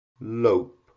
lope